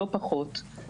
לא פחות,